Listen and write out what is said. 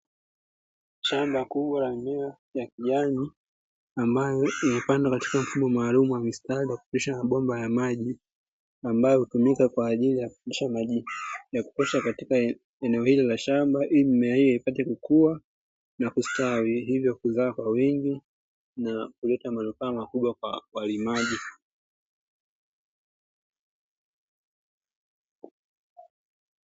Shamba kubwa la mimea ya kijani ambalo limepangwa katika mfumoo maalumu wa mistari ambayo hupitisha mabomba ya maji ambayo hutumika kwaajili kupitisha maji katika eneo lile la shamba ili mimea hiyo ipate kukua na kustawi, hivyo kuzaa kwa wingi na kuleta manufaa makubwa kwa walimaji.